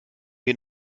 wir